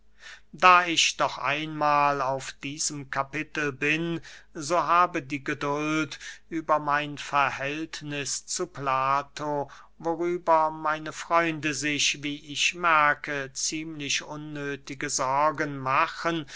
da ich doch einmahl auf diesem kapitel bin so habe die geduld über mein verhältniß zu plato worüber meine freunde sich wie ich merke ziemlich unnöthige sorgen machen